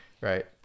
right